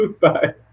Bye